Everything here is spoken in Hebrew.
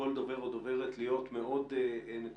מכל דובר או דוברת להיות מאוד נקודתיים,